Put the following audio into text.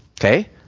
Okay